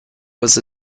was